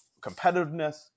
competitiveness